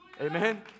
Amen